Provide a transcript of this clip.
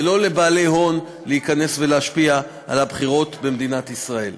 ולא לבעלי הון להיכנס ולהשפיע על הבחירות במדינת ישראל.